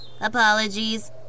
Apologies